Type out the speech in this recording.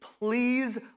please